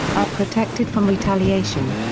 are protected from retaliation.